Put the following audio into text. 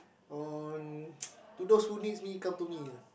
on to those who needs me come to me ah